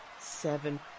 seven